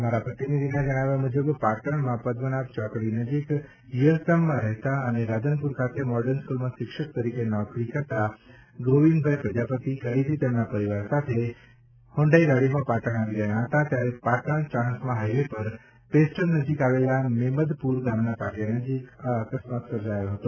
અમારા પ્રતિનિધિના જજ્ઞાવ્યા મુજબ પાટણમાં પદ્મનાભ ચોકડી નજીક યશધામમાં રહેતા અને રાધન્પુર ખાતે મોડર્ન સ્કૂલમાં શિક્ષક તરીકે નોકરી કરતા ગોવિંદભાઈ રામાભાઈ પ્રજાપતિ કડીથી તેમના પરિવાર સાથે હોન્ડાઈ ગાડીમાં પાટણ આવી રહ્યા હતા ત્યારે પાટણ ચાજ઼સ્મા હાઈવે પર પેસ્ટન નજીક આવેલ મેમદ્પુર ગામના પાટિયા નજીક આ અકસ્માત સર્જાયો હતો